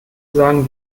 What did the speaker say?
sagen